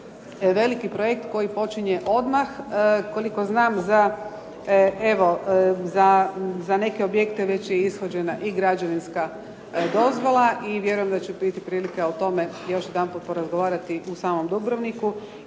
veliki projekt koji počinje odmah. Koliko znam za, evo za neke objekte već je ishođena i građevinska dozvola i vjerujem da će biti prilike o tome još jedanput porazgovarati u samom Dubrovniku,